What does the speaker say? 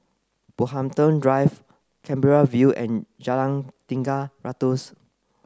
Brockhampton Drive Canberra View and Jalan Tiga Ratus